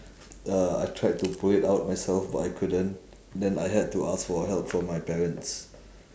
uh I tried to pull it out myself but I couldn't then I had to ask for help from my parents